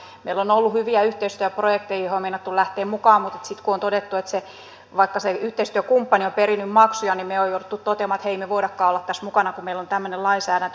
tämä on ollut just se ongelma että meillä on ollut hyviä yhteistyöprojekteja joihin on meinattu lähteä mukaan mutta sitten vaikka se yhteistyökumppani on perinyt maksuja me olemme joutuneet toteamaan että emme me voikaan olla tässä mukana kun meillä on tämmöinen lainsäädäntö